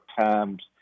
Times